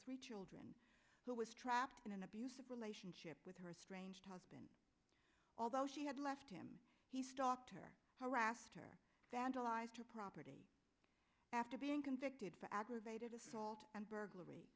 three children who was trapped in an abusive relationship with her estranged husband although she had left him he stalked her harassed her vandalized her property after being convicted for aggravated assault and burglary